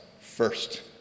first